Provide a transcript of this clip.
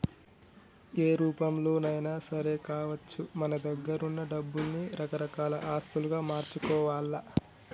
ఏ రూపంలోనైనా సరే కావచ్చు మన దగ్గరున్న డబ్బుల్ని రకరకాల ఆస్తులుగా మార్చుకోవాల్ల